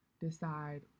decide